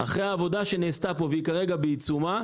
אחרי עבודה שנעשתה פה והיא כרגע בעיצומה,